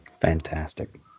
Fantastic